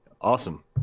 Awesome